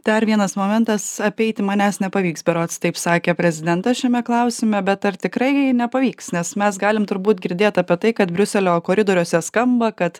dar vienas momentas apeiti manęs nepavyks berods taip sakė prezidentas šiame klausime bet ar tikrai nepavyks nes mes galim turbūt girdėjot apie tai kad briuselio koridoriuose skamba kad